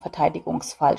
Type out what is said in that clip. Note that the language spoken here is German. verteidigungsfall